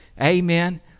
Amen